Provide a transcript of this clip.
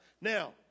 Now